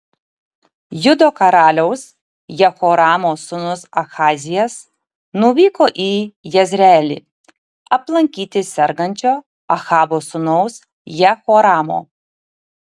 judo karaliaus jehoramo sūnus ahazijas nuvyko į jezreelį aplankyti sergančio ahabo sūnaus jehoramo